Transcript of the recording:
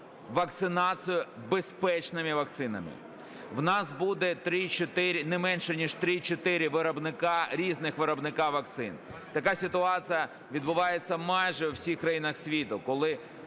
вакцинацію безпечними вакцинами. В нас будуть не менш ніж 3-4 різних виробника вакцин. Така ситуація відбувається майже у всіх країнах світу, коли